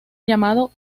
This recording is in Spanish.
llamado